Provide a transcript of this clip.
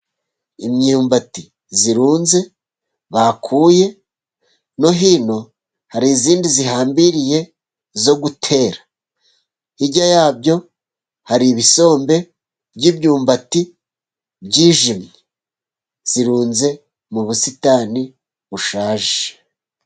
Imyumbati irunze bakuye, no hino hari indi ihambiriye yo gutera. Hirya yabyo hari ibisombe by'ibyumbati byijimye, irunze mu busitani bushaje.